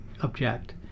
object